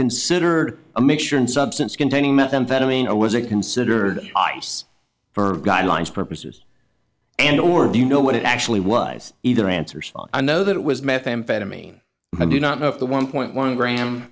considered a mixture and substance containing methamphetamine or was it considered for guidelines purposes and or do you know what it actually was either answers i know that it was methamphetamine i do not know if the one point one gram